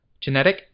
genetic